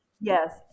Yes